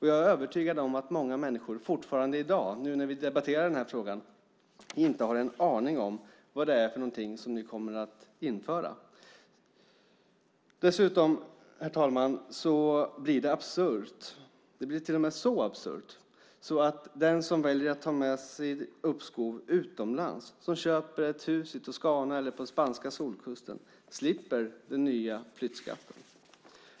Jag är övertygad om att många människor fortfarande i dag, nu när vi debatterar den här frågan, inte har en aning om vad det är som ni kommer att införa. Dessutom, herr talman, blir det så absurt att den som väljer att ta med sig sitt uppskov utomlands, som köper ett hus i Toscana eller på spanska solkusten, slipper den nya flyttskatten.